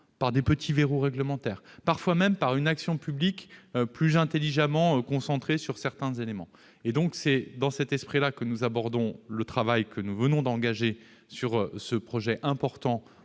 par des petits verrous réglementaires, parfois même en engageant une action publique plus intelligemment concentrée sur certains éléments. C'est dans cet esprit que nous abordons le travail que nous venons d'engager sur ce projet important